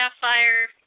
sapphire